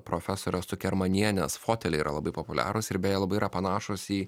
profesorės cukermanienės foteliai yra labai populiarūs ir beje labai yra panašūs į